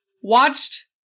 watched